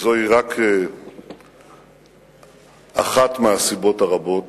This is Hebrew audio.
זוהי רק אחת מהסיבות הרבות